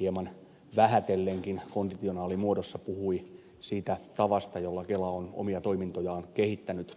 hieman vähätellenkin konditionaalimuodossa puhui siitä tavasta jolla kela on omia toimintojaan kehittänyt